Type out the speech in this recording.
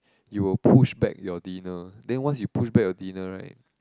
you will push back your dinner then once you push back your dinner right